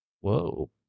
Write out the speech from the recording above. Whoa